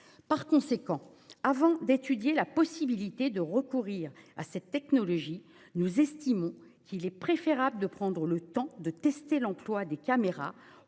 Par conséquent, avant d'étudier la possibilité de recourir à cette technologie, nous estimons préférable de prendre le temps de tester l'emploi des caméras